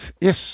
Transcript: yes